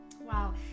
Wow